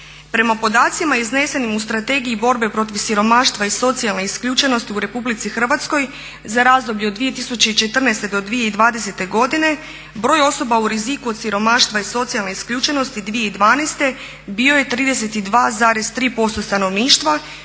Prema podacima iznesenim u Strategiji borbe protiv siromaštva i socijalne isključenosti u RH za razdoblje od 2014. do 2020. godine broj osoba u riziku od siromaštva i socijalne isključenosti 2012. bio je 32,3% stanovništva